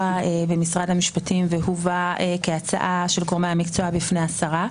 במשרד המשפטים והובא כהצעה של גורמי המקצוע בפני שרת המשפטים.